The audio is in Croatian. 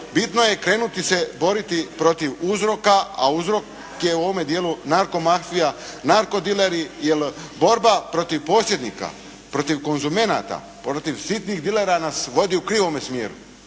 bitno je krenuti se boriti protiv uzroka a uzrok je u ovome dijelu narko mafija, narko dileri jer borba protiv posjednika, protiv konzumenata, protiv sitnih dilera nas vodi u krivome smjeru.